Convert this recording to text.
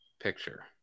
picture